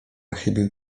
chybił